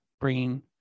bringing